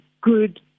good